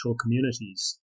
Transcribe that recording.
communities